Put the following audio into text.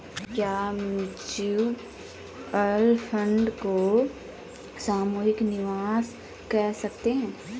क्या mutual fund को सामूहिक निवेश कह सकते हैं?